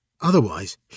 otherwise